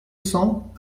cents